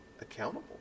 accountable